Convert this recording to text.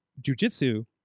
jujitsu